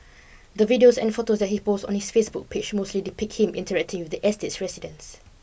the videos and photos that he posts on his Facebook page mostly depict him interacting with the estate's residents